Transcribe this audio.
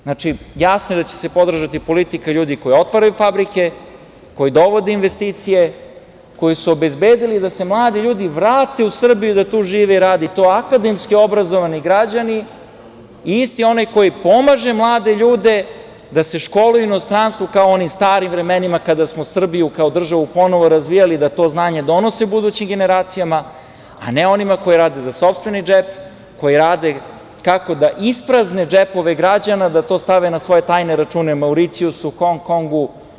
Znači, jasno je da će se podržati politika ljudi koji otvaraju fabrike, koji dovode investicije, koji su obezbedili da se mladi ljudi vrate u Srbiju da tu žive i rade, i to akademski obrazovani građani i isti onaj koji pomaže mlade ljude da se školuju u inostranstvu, kao u onim starim vremenima kada smo Srbiju kao državu ponovo razvijali, da to znanje donose budućim generacijama, a ne onima koji rade za sopstveni džep, koji rade na tome kako da isprazne džepove građana a da to stave na svoje tajne račune na Mauricijusu, Hong Kongu.